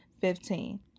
fifteen